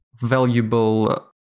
valuable